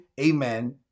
amen